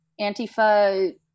Antifa